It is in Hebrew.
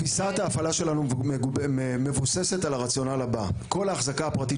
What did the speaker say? תפיסת ההפעלה שלנו מבוססת על הרציונל הבא: כל ההחזקה הפרטית,